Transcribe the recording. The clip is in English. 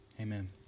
Amen